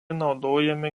naudojami